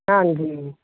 ਹਾਂਜੀ